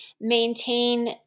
maintain